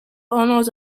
owners